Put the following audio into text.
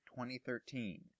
2013